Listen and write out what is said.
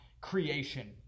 creation